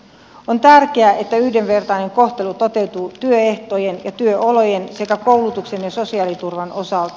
on tärkeää että yhdenvertainen kohtelu toteutuu työehtojen ja työolojen sekä koulutuksen ja sosiaaliturvan osalta